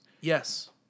Yes